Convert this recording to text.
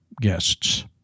guests